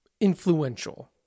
influential